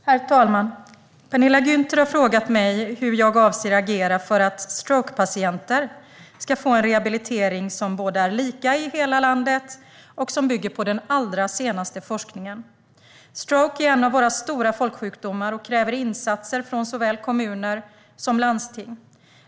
Herr talman! Penilla Gunther har frågat mig hur jag avser att agera för att strokepatienter ska få en rehabilitering som både är lika i hela landet och bygger på den allra senaste forskningen. Stroke är en av våra stora folksjukdomar och kräver insatser från såväl kommuner som landsting.